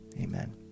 amen